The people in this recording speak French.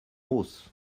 hausse